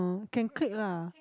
can click lah